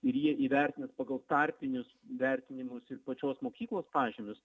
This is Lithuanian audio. ir jie įvertina pagal tarpinius vertinimus ir pačios mokyklos pažymius